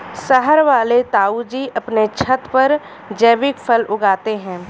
शहर वाले ताऊजी अपने छत पर जैविक फल उगाते हैं